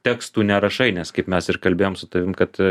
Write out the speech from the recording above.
tekstų nerašai nes kaip mes ir kalbėjom su tavim kad